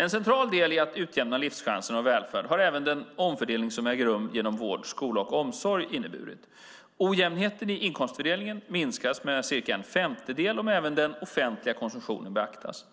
En central del i att utjämna livschanser och välfärd har även den omfördelning som äger rum genom vård, skola och omsorg. Ojämnheten i inkomstfördelningen minskas med ca en femtedel om även den offentliga konsumtionen beaktas.